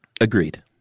Agreed